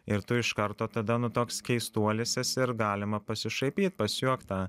ir tu iš karto tada nu toks keistuolis esi ir galima pasišaipyt pasijuokt tą